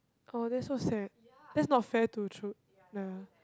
oh that's so sad that's not fair to true ya